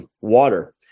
water